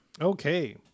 okay